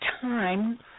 time